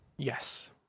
Yes